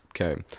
Okay